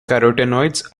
carotenoids